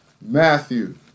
Matthew